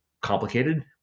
complicated